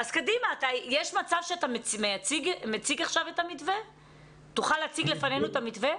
תוכל להציג בפנינו את המתווה?